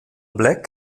black